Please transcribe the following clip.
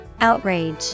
outrage